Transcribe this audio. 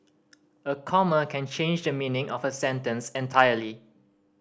a comma can change the meaning of a sentence entirely